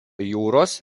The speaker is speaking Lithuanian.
jūros